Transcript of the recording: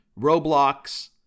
Roblox